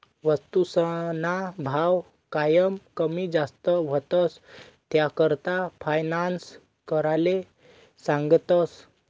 वस्तूसना भाव कायम कमी जास्त व्हतंस, त्याकरता फायनान्स कराले सांगतस